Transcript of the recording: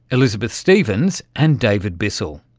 elizabeth stephens and david bissell.